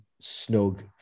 snug